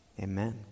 Amen